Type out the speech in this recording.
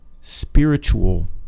spiritual